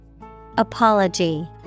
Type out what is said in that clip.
Apology